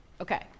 Okay